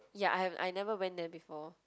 ya I've I never went there before